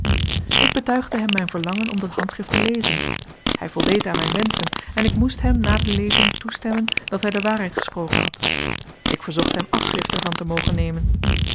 ik betuigde hem mijn verlangen om dat handschrift te lezen hij voldeed aan mijn wensen en ik moest hem na de lezing toestemmen dat hij de waarheid gesproken had ik verzocht hem afschrift er van te mogen nemen